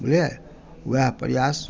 बुझलियै वएह प्रयास